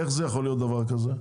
איך יכול להיות דבר כזה?